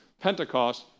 Pentecost